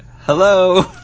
hello